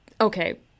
okay